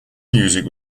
music